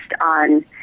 on